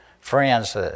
friends